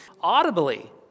audibly